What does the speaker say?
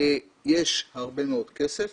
יש הרבה מאוד כסף